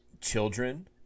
children